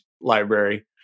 library